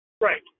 right